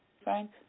Frank